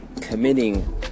committing